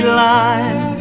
line